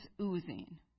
oozing